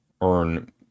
earn